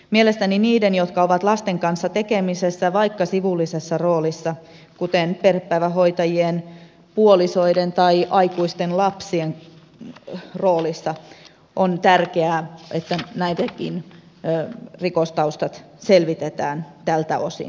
mielestäni on tärkeää että niidenkin jotka ovat lasten kanssa tekemisissä vaikka sivullisessa roolissa kuten perhepäivähoitajien puolisoiden tai aikuisten lasten roolissa rikostaustat selvitetään tältä osin